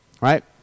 right